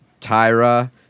Tyra